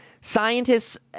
scientists